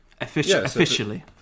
Officially